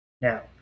Now